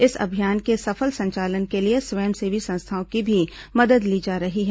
इस अभियान के सफल संचालन के लिए स्वयंसेवी संस्थाओं की भी मदद ली जा रही है